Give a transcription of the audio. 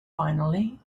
finally